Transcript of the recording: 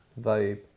vibe